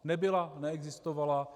Nebyla, neexistovala.